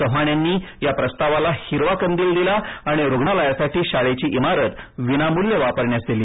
चव्हाण यांनी या प्रस्तावास हिरवा कंदील दिला आणि रूग्णालयासाठी शाळेची इमारत विनामूल्य वापरण्यास दिली